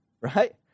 right